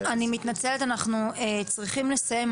אני מתנצלת אנחנו צריכים לסיים,